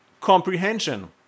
comprehension